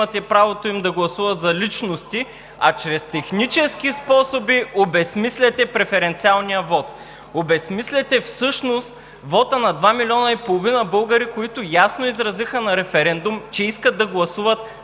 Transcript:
а чрез технически способи обезсмисляте преференциалния вот. Обезсмисляте всъщност вота на два милиона и половина българи, които ясно изразиха на референдум, че искат да гласуват за личности.